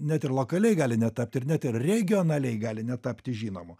net ir lokaliai gali netapti ir net ir regionaliai gali netapti žinomu